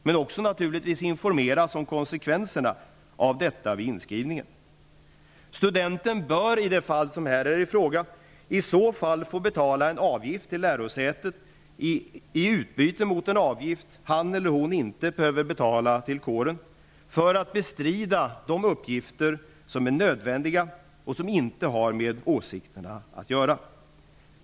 Naturligtvis skall studenten informeras om konsekvenserna av detta vid inskrivningen. Studenten bör i det fall som här är i fråga i så fall få betala en avgift till lärosätet i utbyte mot den avgift som han eller hon inte behöver betala till kåren för att bestrida de uppgifter som är nödvändiga och inte har med åsikterna att göra.